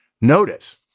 Notice